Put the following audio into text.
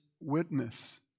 witness